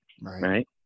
Right